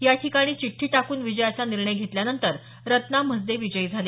याठिकाणी चिठ्ठी टाकून विजयाचा निर्णय घेतल्यानंतर रत्ना म्हसदे विजयी झाल्या